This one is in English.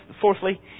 Fourthly